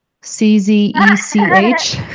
C-Z-E-C-H